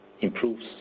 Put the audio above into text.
improves